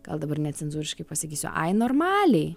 gal dabar necenzūriškai pasakysiu ai normaliai